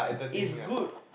it's good